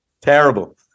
Terrible